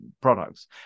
products